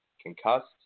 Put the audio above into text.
concussed